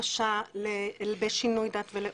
בבקשה בשינוי דת ולאום.